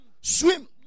swim